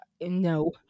no